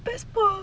best [pe]